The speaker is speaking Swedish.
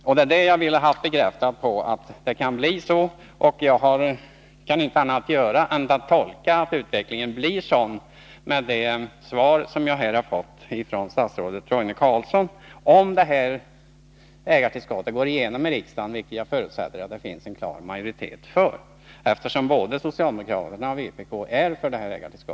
Jag skulle ha velat få bekräftat att det kan bli på detta sätt. Jag kan nu inte göra någon annan tolkning än att utvecklingen blir sådan. Att förslaget om ägartillskott går igenom i kammaren utgår jag ifrån, eftersom både socialdemokraterna och vpk är för detta förslag.